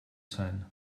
sein